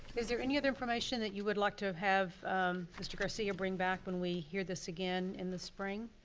is there any other information that you would like to have mr. garcia bring back when we hear this again in the spring.